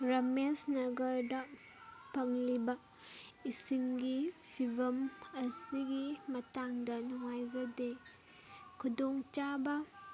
ꯔꯥꯃꯦꯁ ꯅꯥꯒꯔꯗ ꯐꯪꯂꯤꯕ ꯏꯁꯤꯡꯒꯤ ꯐꯤꯕꯝ ꯑꯁꯤꯒꯤ ꯃꯇꯥꯡꯗ ꯅꯨꯡꯉꯥꯏꯖꯗꯦ ꯈꯨꯗꯣꯡ ꯆꯥꯕ